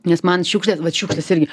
nes man šiukšlės šiukšlės irgi